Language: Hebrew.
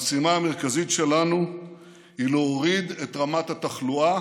המשימה המרכזית שלנו היא להוריד את רמת התחלואה